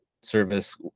service